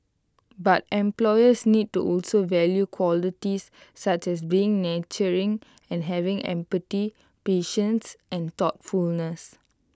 but employers need to also value qualities such as being nurturing and having empathy patience and thoughtfulness